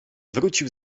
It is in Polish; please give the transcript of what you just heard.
wrócił